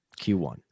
q1